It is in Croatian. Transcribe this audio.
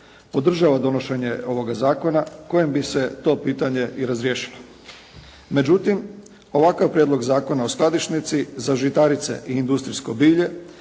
podržava donošenje ovoga kojim bi se to pitanje i razriješilo. Međutim ovakav Prijedlog Zakona o skladišnici za žitarice i industrijsko bilje